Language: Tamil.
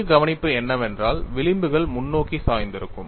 முதல் கவனிப்பு என்னவென்றால் விளிம்புகள் முன்னோக்கி சாய்ந்திருக்கும்